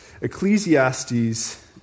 Ecclesiastes